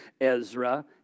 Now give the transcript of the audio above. Ezra